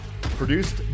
Produced